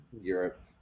Europe